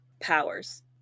powers